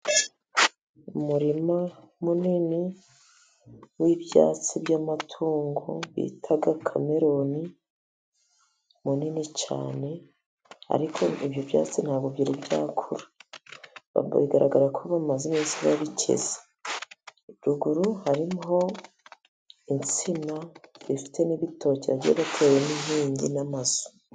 Umurima munini w'ibyatsi by'amatungo bita kameroni munini cyane ariko ibyo byatsi ntabwo byari byakura. Bigaragara ko bamaze iminsi babikeze ruguru hariho insina zifite n'ibitoki bigiye biteweho inkingi n'amazu.